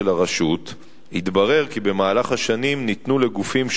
הרשות התברר כי במהלך השנים ניתנו לגופים שונים,